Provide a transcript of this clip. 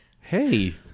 Hey